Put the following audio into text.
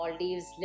Maldives